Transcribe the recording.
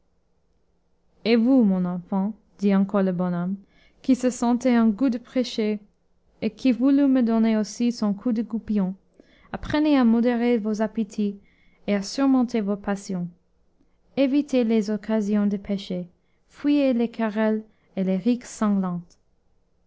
et vous mon enfant dit encore le bonhomme qui se sentait en goût de prêcher et qui voulut me donner aussi son coup de goupillon apprenez à modérer vos appétits et à surmonter vos passions évitez les occasions de pécher fuyez les querelles et les rixes